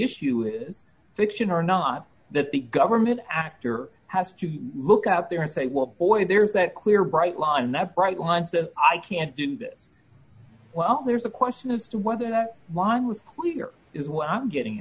issue is a fiction or not that the government actor has to look out there and say well boys there's that clear bright line and that bright lines that i can't do that well there's a question of whether that one was here is what i'm getting